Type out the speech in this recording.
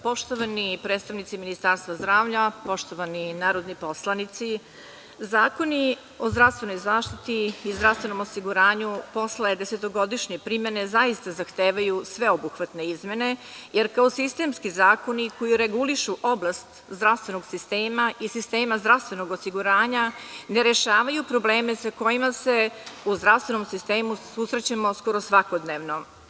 Poštovani predstavnici Ministarstva zdravlja, poštovani narodni poslanici, zakoni o zdravstvenoj zaštiti i zdravstvenom osiguranju posle desetogodišnje primene zaista zahtevaju sveobuhvatne izmene, jer kao sistemski zakoni koji regulišu oblast zdravstvenog sistema i sistema zdravstvenog osiguranja ne rešavaju probleme sa kojima se u zdravstvenom sistemu susrećemo skoro svakodnevno.